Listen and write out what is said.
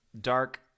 dark